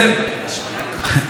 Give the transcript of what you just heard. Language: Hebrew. עשה אותה מקרה מבחן,